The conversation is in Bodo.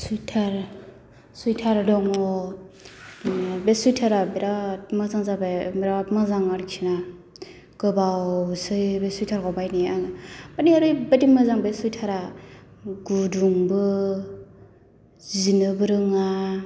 सुइथार सुइथार दङ बे सुइथारा बिराथ मोजां जाबाय बिराथ मोजां आरोखि ना गोबावसै बे सुइथारखौ बायनाया आं माने ओरैबायदि मोजां बे सुइथारा गुदुंबो जिनोबो रोङा